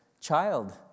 child